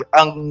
ang